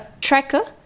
tracker